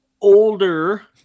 older